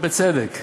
בצדק,